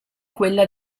quella